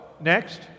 next